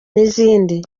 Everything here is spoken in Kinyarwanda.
n’izindi